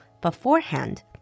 beforehand